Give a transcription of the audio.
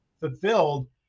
fulfilled